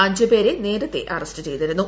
അഞ്ചു പേരെ നേരത്തെ അറസ്റ്റ് ചെയ്തിരുന്നു